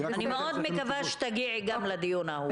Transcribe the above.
אני מאוד מקווה שתגיעי גם לדיון ההוא.